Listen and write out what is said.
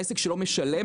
עסק שלא משלם,